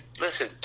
listen